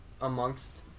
amongst